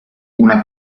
una